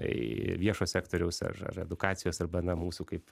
į viešojo sektoriaus ar ar edukacijos arba na mūsų kaip